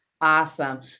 Awesome